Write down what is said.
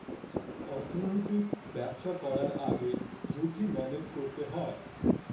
অর্থনৈতিক ব্যবসা করার আগে ঝুঁকি ম্যানেজ করতে হয়